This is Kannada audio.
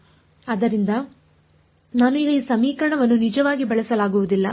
ಆದ್ದರಿಂದ ನಾನು ಈಗ ಈ ಸಮೀಕರಣವನ್ನು ನಿಜವಾಗಿ ಬಳಸಲಾಗುವುದಿಲ್ಲ